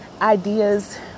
ideas